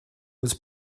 was